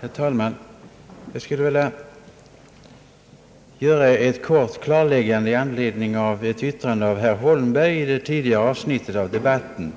Herr talman! Jag skulle vilja göra ett kort klarläggande i anledning av ett uttalande av herr Holmberg i ett tidigare skede av debatten.